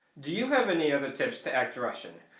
do you have any other tips to act russian?